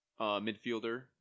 midfielder